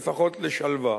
לפחות לשלווה,